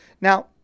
Now